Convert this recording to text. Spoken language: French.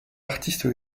artiste